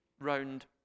round